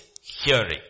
hearing